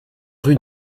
rue